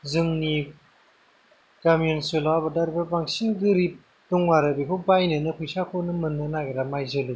जोंनि गामि ओनसोलाव आबादारिफ्रा बांसिन गोरिब दङ आरो बेखौ बायनोनो फैसाखौनो मोननो नागेरा माइ जोलैखौ